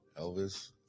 elvis